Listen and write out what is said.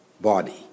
body